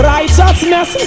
Righteousness